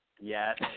yes